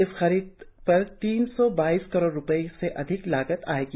इस खरीद पर तीन सौ बाईस करोड रुपए से अधिक की लागत आएगी